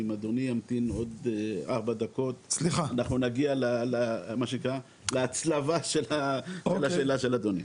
אם אדוני ימתין עוד ארבע דקות אנחנו נמתין להצלבה של השאלה של אדוני.